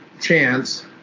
chance